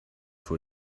vor